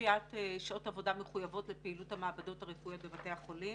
אי-קביעת שעות עבודה מחויבות לפעילות המעבדות הרפואיות בבתי החולים.